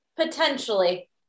Potentially